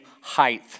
height